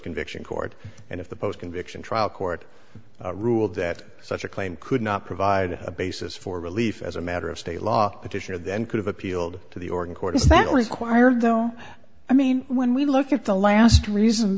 conviction court and if the post conviction trial court ruled that such a claim could not provide a basis for relief as a matter of state law petitioner then could have appealed to the organ court is not required though i mean when we look at the last reason